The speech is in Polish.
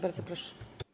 Bardzo proszę.